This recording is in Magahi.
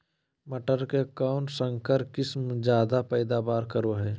मटर के कौन संकर किस्म जायदा पैदावार करो है?